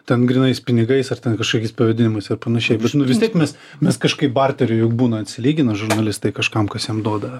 ten grynais pinigais ar ten kažkokiais pavedinimais ar panašiai vis tiek mes mes kažkaip barteriu juk būna atsilygina žurnalistai kažkam kas jam duoda